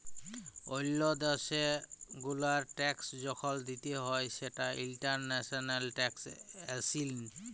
ওল্লো দ্যাশ গুলার ট্যাক্স যখল দিতে হ্যয় সেটা ইন্টারন্যাশনাল ট্যাক্সএশিন